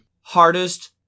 hardest